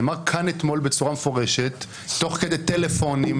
נאמר כאן אתמול בצורה מפורשת תוך כדי טלפון עם